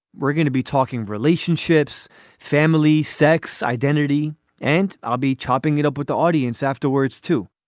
we're going to be talking relationships family sex identity and i'll be chopping it up with the audience afterwards too.